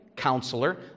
Counselor